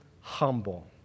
humble